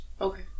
Okay